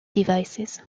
devices